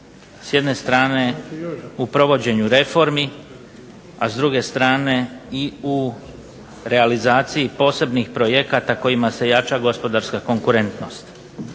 s jedne strane u provođenju reformi, a s druge strane u realizaciji posebnih projekata kojima se jača gospodarska konkurentnost.